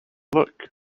look